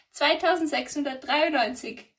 2693